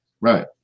Right